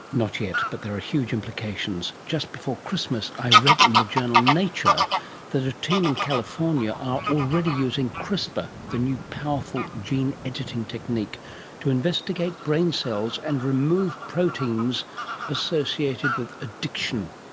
not yet, but there are huge implications. just before christmas i read in the journal nature that a team in california are already using crispr, the new powerful gene editing technique to investigate brain cells and remove proteins associated with addiction.